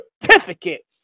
certificate